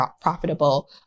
profitable